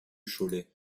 cholet